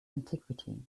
antiquity